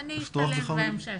בהמשך.